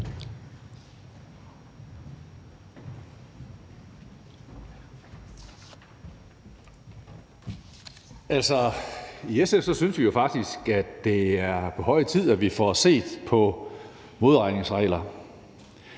I SF synes vi faktisk, at det er på høje tid, vi får set på modregningsreglerne.